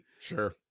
Sure